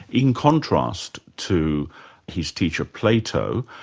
in contrast to his teacher plato,